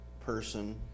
person